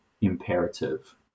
imperative